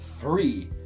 three